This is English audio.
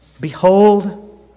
Behold